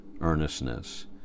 earnestness